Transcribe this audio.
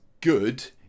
good